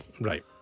Right